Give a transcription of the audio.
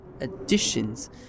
additions